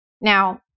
Now